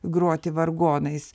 groti vargonais